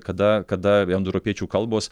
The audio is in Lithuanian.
kada kada indoeuropiečių kalbos